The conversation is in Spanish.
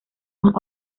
más